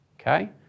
okay